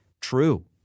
true